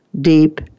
deep